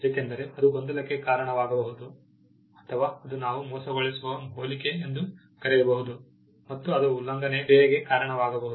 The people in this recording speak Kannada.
ಏಕೆಂದರೆ ಅದು ಗೊಂದಲಕ್ಕೆ ಕಾರಣವಾಗಬಹುದು ಅಥವಾ ಅದು ನಾವು ಮೋಸಗೊಳಿಸುವ ಹೋಲಿಕೆ ಎಂದು ಕರೆಯಬಹುದು ಮತ್ತು ಅದು ಉಲ್ಲಂಘನೆಯ ಕ್ರಿಯೆಗೆ ಕಾರಣವಾಗಬಹುದು